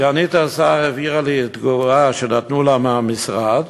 סגנית השר העבירה תגובה שנתנו לה מהמשרד,